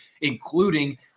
including –